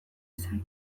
izan